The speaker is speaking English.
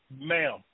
ma'am